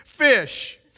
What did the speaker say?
fish